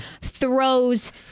throws